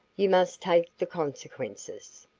you must take the consequences.